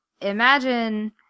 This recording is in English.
imagine